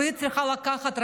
והיא צריכה לקחת,